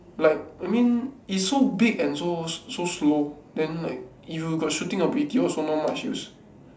like I mean is so big and so so slow then like you got shooting ability also not much use